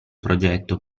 progetto